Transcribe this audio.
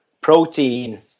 protein